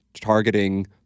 targeting